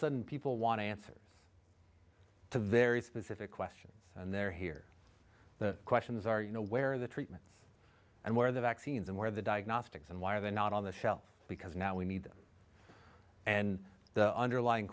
sudden people want answers to very specific questions and they're here the questions are you know where the treatment and where the vaccines and where the diagnostics and why are they not on the shelf because now we need them and the underlying